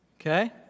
Okay